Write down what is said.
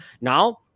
now